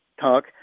talk